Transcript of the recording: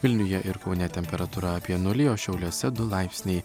vilniuje ir kaune temperatūra apie nulį o šiauliuose du laipsniai